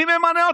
ומי ממנה?